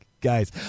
Guys